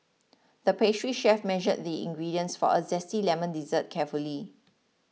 the pastry chef measured the ingredients for a Zesty Lemon Dessert carefully